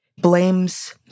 blames